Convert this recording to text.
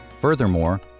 Furthermore